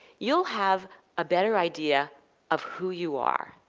you'll have a better idea of who you are,